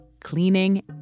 cleaning